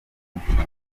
umushinga